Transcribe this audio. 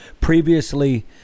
previously